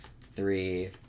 Three